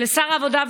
ולשר העבודה,